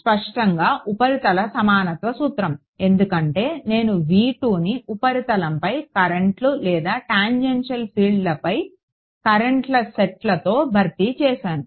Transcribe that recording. స్పష్టంగా ఉపరితల సమానత్వ సూత్రం ఎందుకంటే నేను ని ఉపరితలంపై కరెంట్లు లేదా టాంజెన్షియల్ ఫీల్డ్లపై కరెంట్ల సెట్తో భర్తీ చేసాను